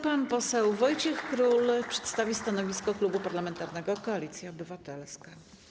Pan poseł Wojciech Król przedstawi stanowisko Klubu Parlamentarnego Koalicja Obywatelska.